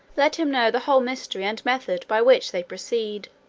let him know the whole mystery and method by which they proceed.